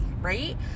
right